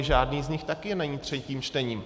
Žádný z nich taky není třetím čtením.